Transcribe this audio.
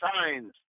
signs